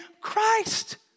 Christ